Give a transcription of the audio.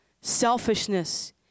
selfishness